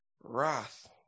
Wrath